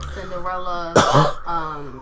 Cinderella